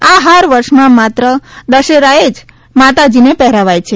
આ હાર વર્ષમાં માત્ર દશેરાએ જ માતાજીને ૈ હેરાવાય છે